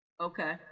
Okay